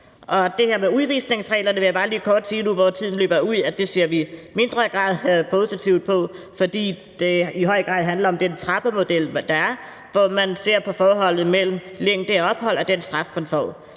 det her med udvisningsreglerne vil jeg bare lige kort sige nu, hvor tiden løber ud, at det ser vi i mindre grad positivt på, fordi det i høj grad handler om den trappemodel, der er, hvor man ser på forholdet mellem længde og ophold og den straf, man får.